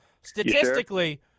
Statistically